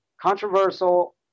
Controversial